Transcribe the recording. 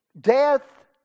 Death